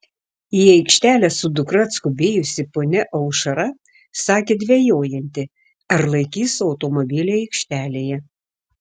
į aikštelę su dukra atskubėjusi ponia aušra sakė dvejojanti ar laikys automobilį aikštelėje